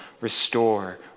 restore